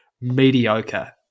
mediocre